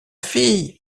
fille